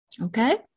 Okay